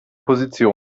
position